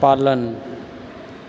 पालन